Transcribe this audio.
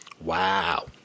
Wow